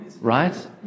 right